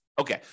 Okay